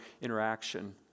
interaction